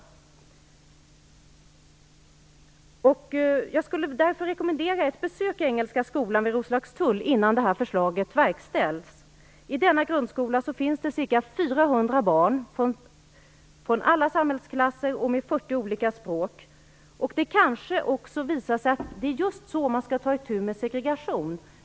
Jag skulle därför rekommendera ett besök i Engelska Skolan vid Roslagstull innan det här förslaget verkställs. I denna grundskola finns det ca 400 barn från alla samhällsklasser och med 40 olika språk. Det kanske också visar sig att det är just på det sättet man skall ta itu med segregation.